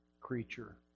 creature